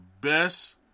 best